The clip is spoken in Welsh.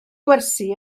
gwersi